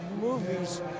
movies